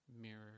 mirror